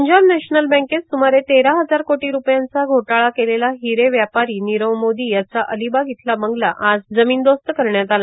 Punjab national बँकेत स्मारे तेरा हजार कोटी रुपयांचा घोटाळा केलेला हिरे व्यापारी नीरव मोदी याचा अलिबाग इथला बंगला आज जमीनदोस्त करण्यात आला